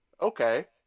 Okay